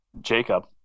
Jacob